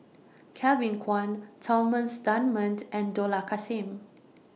Kevin Kwan Thomas Dunman and Dollah Kassim